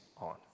on